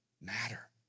matter